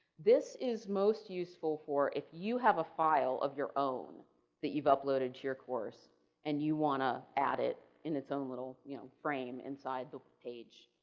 this is most useful for, if you have a file of your own that you've uploaded to your course and you want to add it in its own little you know frame inside the page,